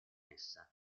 essa